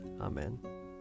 Amen